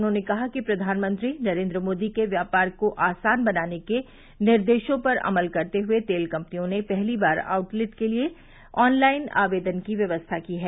उन्होंने कहा कि प्रधानमंत्री नरेन्द्र मोदी के व्यापार को आसान बनाने के निर्देशों पर अमल करते हुए तेल कम्पनियों ने पहली बार आउटलेट के लिए ऑनलाइन आवेदन की व्यवस्था की है